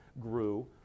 grew